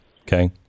okay